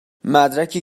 مدرکی